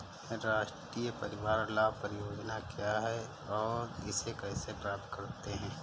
राष्ट्रीय परिवार लाभ परियोजना क्या है और इसे कैसे प्राप्त करते हैं?